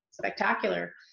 spectacular